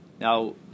now